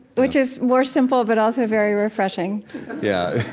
which is more simple, but also very refreshing yeah.